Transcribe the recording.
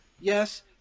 yes